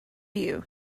you